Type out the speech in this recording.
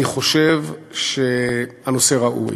אני חושב שהנושא ראוי.